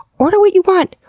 order what you want.